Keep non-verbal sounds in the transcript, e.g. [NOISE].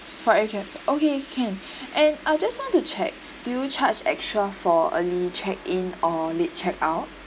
for every guest okay can [BREATH] and I just want to check do you charge extra for early check in or late check out